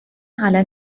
على